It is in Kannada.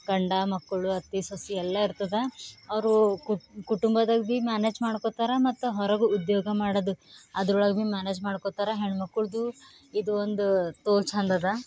ಗಂಡ ಮಕ್ಕಳು ಅತ್ತೆ ಸೊಸೆ ಎಲ್ಲ ಇರ್ತದೆ ಅವರು ಕುಟುಂಬದಾಗ ಭೀ ಮ್ಯಾನೇಜ್ ಮಾಡ್ಕೋತಾರೆ ಮತ್ತು ಹೊರಗೆ ಉದ್ಯೋಗ ಮಾಡೋದು ಅದ್ರೊಳಗೆ ಭೀ ಮ್ಯಾನೇಜ್ ಮಾಡ್ಕೋತಾರೆ ಹೆಣ್ಮಕ್ಳದು ಇದು ಒಂದು ತೋಲು ಚಂದದ